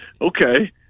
okay